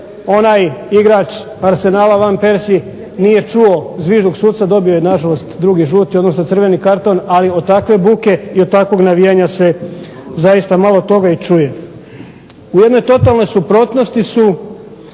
onaj igrač Arsenala Van Percie nije čuo zvižduk suca, dobio je nažalost drugi žuti odnosno crveni karton, ali od takve buke i od takvog navijanja se zaista malo toga i čuje. U jednoj totalnoj suprotnosti su